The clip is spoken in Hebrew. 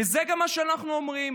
וזה גם מה שאנחנו אומרים.